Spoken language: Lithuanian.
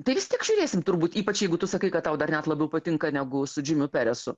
tai vis tiek žiūrėsim turbūt ypač jeigu tu sakai kad tau dar net labiau patinka negu su džimiu peresu